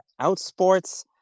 OutSports